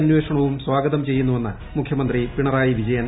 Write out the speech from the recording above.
അന്വേഷണവും സ്ഥാഗത്ത് ചെയ്യുന്നുവെന്ന് മുഖ്യമന്ത്രി പിണറായി വിജയൻ